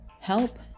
help